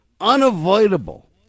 unavoidable